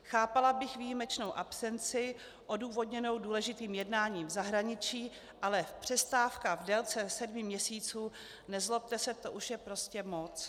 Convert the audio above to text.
Chápala bych výjimečnou absenci odůvodněnou důležitým jednáním v zahraničí, ale přestávka v délce sedmi měsíců, nezlobte se, to už je prostě moc!